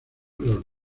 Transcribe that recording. los